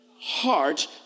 heart